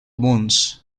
wounds